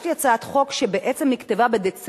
יש לי הצעת חוק שבעצם נכתבה בדצמבר,